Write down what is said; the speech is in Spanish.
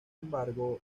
embargo